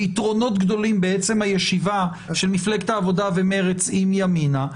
ויתרונות גדולים בישיבה של העבודה עם ימינה,